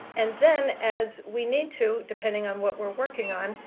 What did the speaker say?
and then, as we need to, depending on what we're working on,